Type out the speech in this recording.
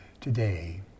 today